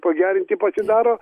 pagerinti pasidaro